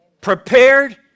Prepared